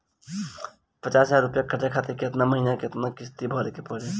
पचास हज़ार रुपया कर्जा खातिर केतना महीना केतना किश्ती भरे के पड़ी?